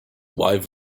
wide